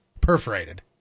perforated